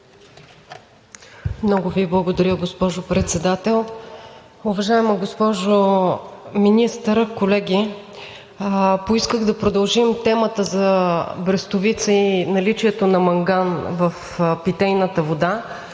Много Ви благодаря, госпожо Председател. Уважаема госпожо Министър, колеги! Поисках да продължим темата за Брестовица и наличието на манган в питейната вода.